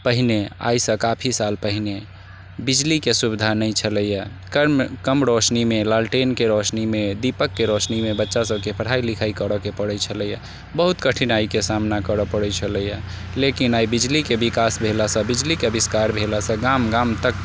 पहिने आइसँ काफी साल पहिने बिजलीके सुविधा नहि छलैया कर्म कम रौशनीमे लालटेनके रौशनीमे दीपकके रौशनीमे बच्चा सभके पढ़ाइ लिखाइ करऽके पड़ैत छलैया बहुत कठिनाइके सामना करऽ पड़ैत छलैया लेकिन आइ बिजलीके विकास भेलासँ बिजलीके आविष्कार भेलासँ गाम गाम तक